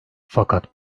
fakat